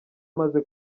amaze